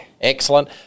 Excellent